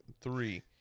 three